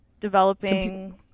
developing